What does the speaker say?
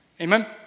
Amen